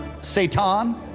Satan